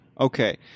okay